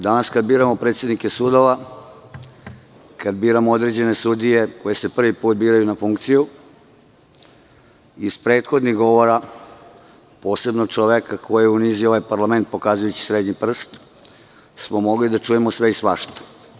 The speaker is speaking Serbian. Danas kada biramo predsednike sudova, kada biramo određene sudije koje se prvi put biraju na funkciju, iz prethodnih govora, posebno čoveka koji je unizio ovaj parlament pokazujući srednji prst, smo mogli da čujemo sve i svašta.